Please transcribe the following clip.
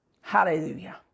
Hallelujah